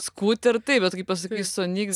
skuter taip bet kai pasakai sonik